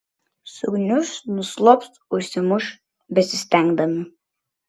sugniuš nuslops užsimuš besistengdami